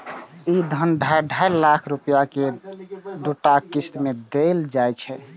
ई धन ढाइ ढाइ लाख रुपैया के दूटा किस्त मे देल जाइ छै